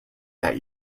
that